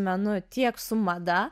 menu tiek su mada